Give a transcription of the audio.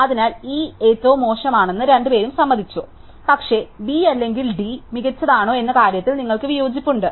അതിനാൽ E ഏറ്റവും മോശമാണെന്ന് നിങ്ങൾ രണ്ടുപേരും സമ്മതിച്ചു പക്ഷേ B അല്ലെങ്കിൽ D മികച്ചതാണോ എന്ന കാര്യത്തിൽ നിങ്ങൾക്ക് വിയോജിപ്പുണ്ട്